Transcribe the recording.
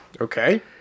Okay